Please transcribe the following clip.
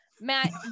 Matt